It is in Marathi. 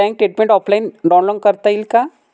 मला बँक स्टेटमेन्ट ऑफलाईन डाउनलोड करता येईल का?